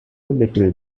little